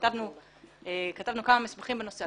כתבנו כמה מסמכים בנושא,